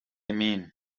mean